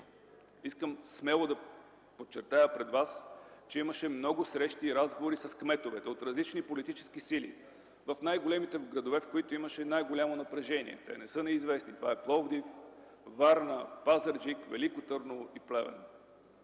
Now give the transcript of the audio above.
Искам смело да подчертая пред вас, че имаше много срещи и разговори с кметове от различни политически сили, в най-големите градове, в които имаше най-голямо напрежение. Те не са неизвестни – това са Пловдив, Варна, Пазарджик, Велико Търново и Плевен.